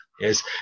Yes